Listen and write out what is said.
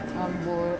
rambut